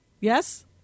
Yes